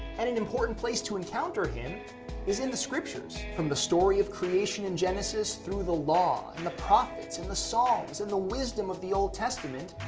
and an important place to encounter him is in the scripture. from the story of creation in genesis, through the law and the and the psalms and the wisdom of the old testament,